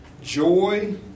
joy